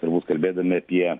turbūt kalbėtume apie